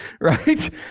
right